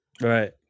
Right